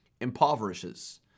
impoverishes